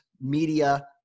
media